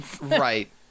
Right